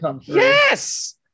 Yes